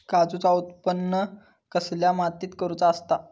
काजूचा उत्त्पन कसल्या मातीत करुचा असता?